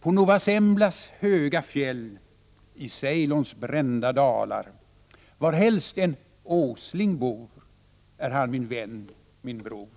På Nova Semblas höga fjäll, i Ceylons brända dalar, varhelst en Åsling bor är han min vän, min bror.